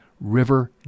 river